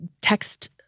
text